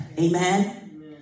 Amen